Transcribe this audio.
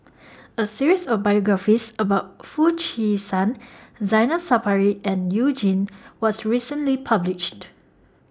A series of biographies about Foo Chee San Zainal Sapari and YOU Jin was recently published